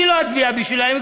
אני לא אצביע בשבילם,